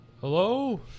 Hello